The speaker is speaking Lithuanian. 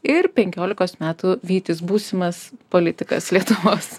ir penkiolikos metų vytis būsimas politikas lietuvos